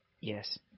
Yes